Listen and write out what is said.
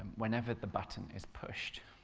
whenever the button is pushed,